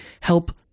help